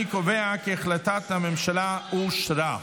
אני קובע כי החלטת הממשלה אושרה.